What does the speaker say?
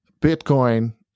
Bitcoin